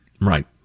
Right